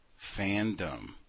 fandom